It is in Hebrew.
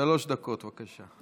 שלוש דקות, בבקשה.